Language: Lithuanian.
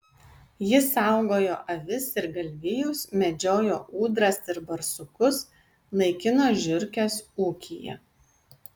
jis saugojo avis ir galvijus medžiojo ūdras ir barsukus naikino žiurkes ūkyje